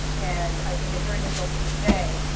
and i think it's very difficult to convey.